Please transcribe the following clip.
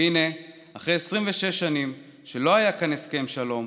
והינה, אחרי 26 שנים שלא היה כאן הסכם שלום,